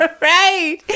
right